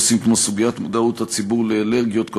נושאים כמו מודעות הציבור לאלרגיות,